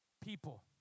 people